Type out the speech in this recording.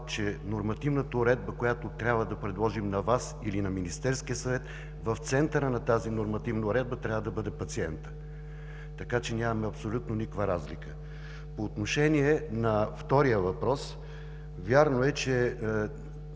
че нормативната уредба, която трябва да предложим на Вас или на Министерския съвет, в центъра на тази нормативна уредба трябва да бъде пациентът, така че няма абсолютно никаква разлика. По отношение на втория въпрос – вярно е, че